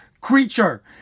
creature